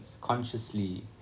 consciously